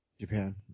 Japan